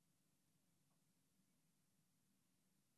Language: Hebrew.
אני